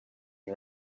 and